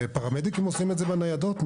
פרמדיקים עושים את זה בניידות.